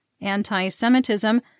anti-Semitism